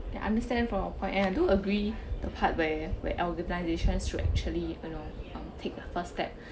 I understand from point I do agree the part where where organisations to actually you know I'll take the first step